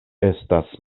estas